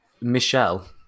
Michelle